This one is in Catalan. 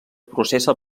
processa